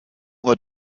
uhr